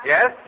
Yes